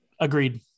Agreed